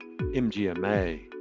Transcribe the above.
MGMA